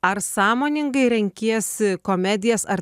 ar sąmoningai renkiesi komedijas ar